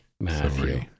Matthew